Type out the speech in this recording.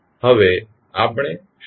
હવે આપણે શું કરીશું